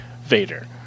Vader